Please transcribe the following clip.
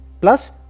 plus